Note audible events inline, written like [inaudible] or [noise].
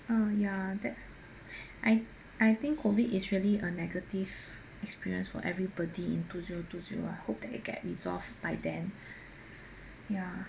ugh ya that [breath] I I think COVID is really a negative experience for everybody in two zero two zero I hope that it get resolved by then ya